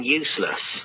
useless